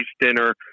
dinner